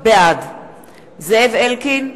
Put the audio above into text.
בעד זאב אלקין,